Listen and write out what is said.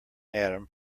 atom